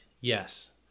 yes